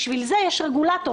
בשביל זה יש רגולטור,